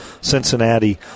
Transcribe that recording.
Cincinnati